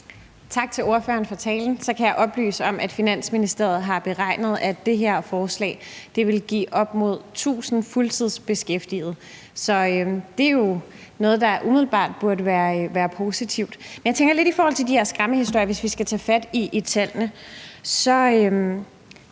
Tak til ordføreren for talen. Så kan jeg oplyse, at Finansministeriet har beregnet, at det her forslag vil give op mod 1.000 fuldtidsbeskæftigede, så det er jo noget, der umiddelbart burde være positivt. Hvis vi skal tage fat i tallene med hensyn til de her skræmmehistorier, er balancen der vel egentlig